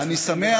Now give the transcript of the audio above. אני שמח.